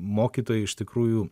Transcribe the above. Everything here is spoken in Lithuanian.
mokytojai iš tikrųjų